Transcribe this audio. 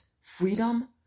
freedom